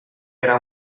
era